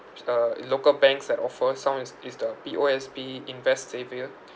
which a in local banks that offer some is is the P_O_S_B invest saver